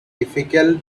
difficult